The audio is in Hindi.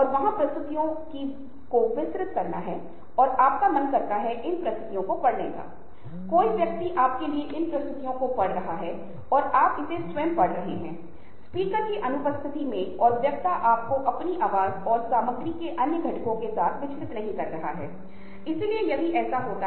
वे ऐसा क्यों करते हैं आप भाषा को देखेंगे आप संस्कृति को देखेंगे आप संज्ञानात्मक और प्रेरक कारकों को देखेंगे जो लोगों के साथ महत्वपूर्ण व्यवहार करते हैं